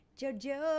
Jojo